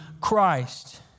Christ